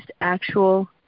actual